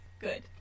Good